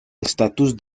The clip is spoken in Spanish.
estatus